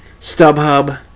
StubHub